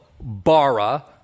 bara